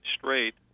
straight